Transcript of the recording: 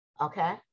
Okay